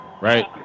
right